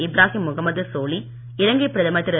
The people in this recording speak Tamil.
இப்ராகிம் முகமது சோலி இலங்கை பிரதமர் திரு